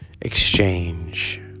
exchange